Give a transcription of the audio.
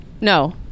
No